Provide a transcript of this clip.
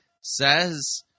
says